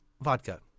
vodka